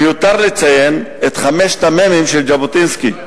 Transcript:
מיותר לציין את חמשת המ"מים של ז'בוטינסקי.